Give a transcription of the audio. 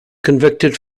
convicted